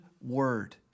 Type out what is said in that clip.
word